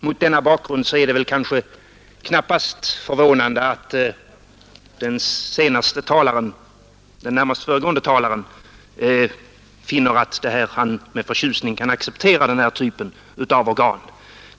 Mot denna bakgrund är det väl knappast förvånande att den närmast föregående talaren finner att han med förtjusning kan acceptera den här typen av organ.